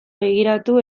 begiratu